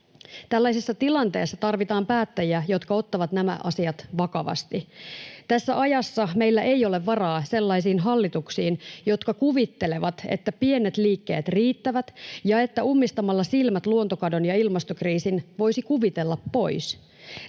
Tällaisessa tilanteessa tarvitaan päättäjiä, jotka ottavat nämä asiat vakavasti. Tässä ajassa meillä ei ole varaa sellaisiin hallituksiin, jotka kuvittelevat, että pienet liikkeet riittävät ja että silmät ummistamalla luontokadon ja ilmastokriisin voisi kuvitella pois.